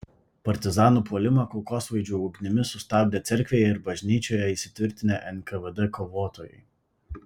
partizanų puolimą kulkosvaidžių ugnimi sustabdė cerkvėje ir bažnyčioje įsitvirtinę nkvd kovotojai